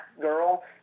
girl